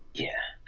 yeah.